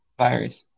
virus